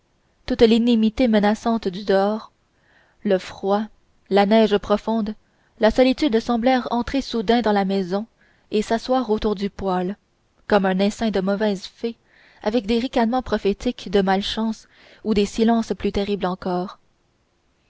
toute l'inimitié menaçante du dehors le froid la neige profonde la solitude semblèrent entrer soudain dans la maison et s'asseoir autour du poêle comme un essaim de mauvaises fées avec des ricanements prophétiques de malchance ou des silences plus terribles encore